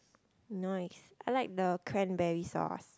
nice I like the cranberry sauce